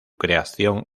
creación